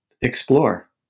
explore